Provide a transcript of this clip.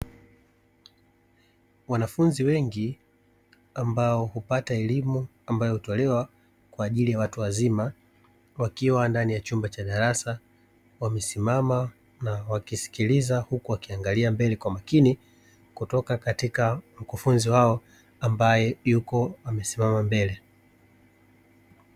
Wanafunzi wengi ambao hupata elimu ambayo hutolewa kwa ajili ya watu wazima wakiwa ndani ya chumba cha darasa wamesimama na wakisikiliza huku wakiangalia mbele kwa makini kutoka katika mkufunzi wao ambaye yuko amesimama mbele.